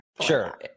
Sure